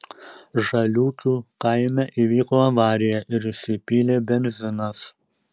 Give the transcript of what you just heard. žaliūkių kaime įvyko avarija ir išsipylė benzinas